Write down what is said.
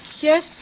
Yes